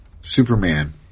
Superman